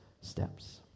steps